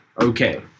Okay